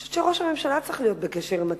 אני חושבת שראש הממשלה צריך להיות בקשר עם הציבור,